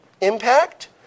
impact